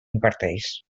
imparteix